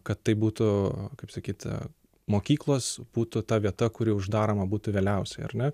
kad tai būtų kaip sakyt mokyklos būtų ta vieta kuri uždaroma būtų vėliausiai ar ne